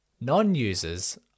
Non-users